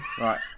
Right